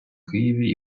києві